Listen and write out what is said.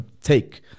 Take